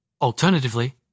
Alternatively